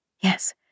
yes